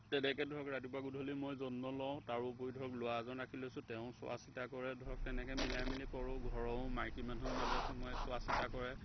তেনেকৈ ধৰক ৰাতিপুৱা গধূলি মই যত্ন লওঁ তাৰো উপৰি ধৰক ল'ৰা এজন ৰাখি লৈছোঁ তেওঁ চোৱা চিতা কৰে ধৰক তেনেকৈ মিলাই মিলি কৰোঁ ঘৰৰো মাইকী মানুহ মাজে সময়ে তেনেকৈ চোৱা চিতা কৰে